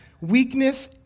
Weakness